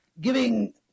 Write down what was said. giving